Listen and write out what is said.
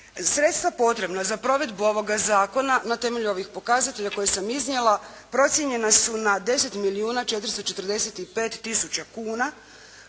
Sredstva potrebna za provedbu ovoga zakona na temelju ovih pokazatelja koje sam iznijela procijenjena su na 10 milijuna 445 tisuća kuna